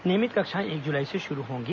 नियमित कक्षाएं एक जुलाई से प्रारंभ होंगी